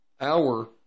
hour